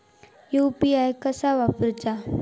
UPI कसा वापरूचा?